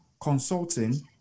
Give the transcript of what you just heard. consulting